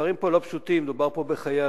הדברים פה לא פשוטים, מדובר בחיי אדם.